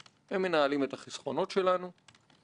שצריך לעסוק בו, וצריך לעסוק בו הרבה יותר.